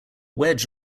wedge